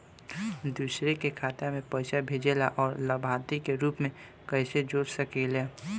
दूसरे के खाता में पइसा भेजेला और लभार्थी के रूप में कइसे जोड़ सकिले?